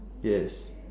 yes